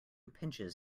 pinches